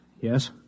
Yes